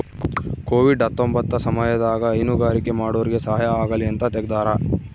Covid ಹತ್ತೊಂಬತ್ತ ಸಮಯದಾಗ ಹೈನುಗಾರಿಕೆ ಮಾಡೋರ್ಗೆ ಸಹಾಯ ಆಗಲಿ ಅಂತ ತೆಗ್ದಾರ